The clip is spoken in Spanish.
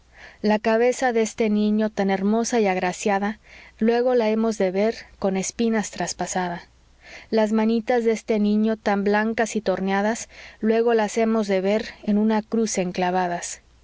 la cabeza de este niño tan hermosa y agraciada luego la hemos de ver con espinas traspasada las manitas de este niño tan blancas y torneadas luego las hemos de ver en una cruz enclavadas